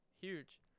Huge